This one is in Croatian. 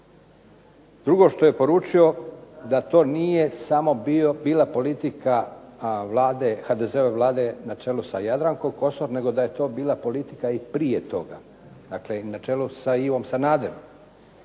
Drugo što je poručio da to nije samo bila politika HDZ-ove Vlade na čelu sa Jadrankom Kosor nego da je to bila politika i prije toga. Dakle, na čelu sa Ivom Sanaderom.